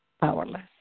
powerless